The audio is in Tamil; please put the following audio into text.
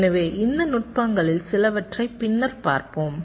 எனவே இந்த நுட்பங்களில் சிலவற்றை பின்னர் பார்ப்போம்